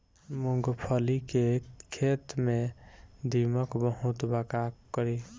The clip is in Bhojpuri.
मूंगफली के खेत में दीमक बहुत बा का करी?